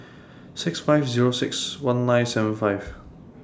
six five Zero six one nine seven five